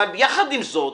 אבל יחד עם זאת,